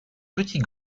petit